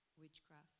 witchcraft